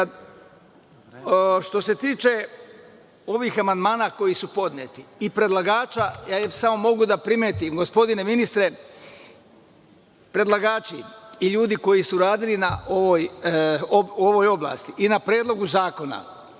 se tiče ovih amandmana, koji su podneti i predlagača, samo mogu da primetim, gospodine ministre, predlagači i ljudi koji su radili u ovoj oblasti i na predlogu zakona,